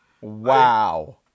Wow